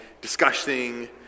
discussing